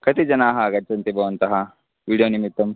कति जनाः आगच्छन्ति भवन्तः विडियो निमित्तं